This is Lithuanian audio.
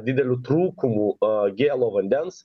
dideliu trūkumu o gėlo vandens